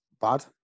bad